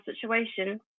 situation